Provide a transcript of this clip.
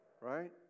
right